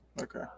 Okay